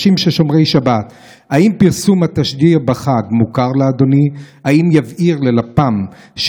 מותר לפנות לעולם וחובה לפנות לעולם.